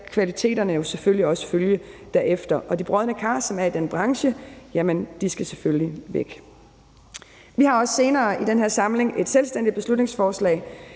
kvaliteterne jo selvfølgelig også følge derefter. Og de brodne kar, som er i den branche, skal selvfølgelig væk. Vi har også senere i den her samling et selvstændigt beslutningsforslag